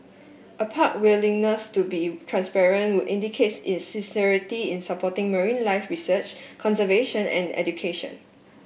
a park willingness to be transparent would indicates its sincerity in supporting marine life research conservation and education